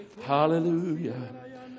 Hallelujah